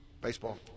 baseball